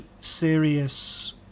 serious